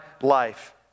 life